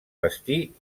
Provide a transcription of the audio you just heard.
bastir